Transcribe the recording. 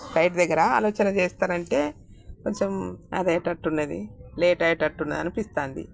flight దగ్గర ఆలోచన చేస్తరంటే కొంచెం అది అయ్యేటట్లు ఉన్నది లేటు అయ్యేటట్టు ఉందనిపిస్తోంది